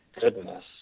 Goodness